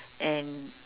and